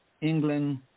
England